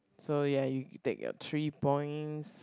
so ya you take your three points